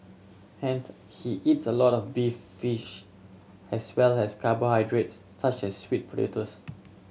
hence he eats a lot of beef fish as well as carbohydrates such as sweet potatoes